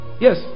Yes